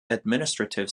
administrative